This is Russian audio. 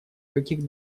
каких